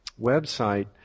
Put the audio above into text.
website